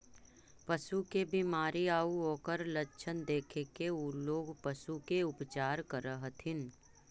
पशु के बीमारी आउ ओकर लक्षण देखके उ लोग पशु के उपचार करऽ हथिन